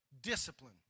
Discipline